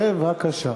בבקשה.